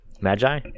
Magi